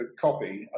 copy